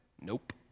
Nope